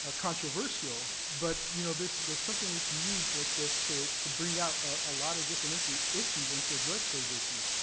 ah controversial. but, you know there's something we can use like this to to bring out a lot of different issues issues and to address those issues.